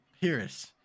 Pierce